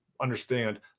understand